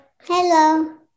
Hello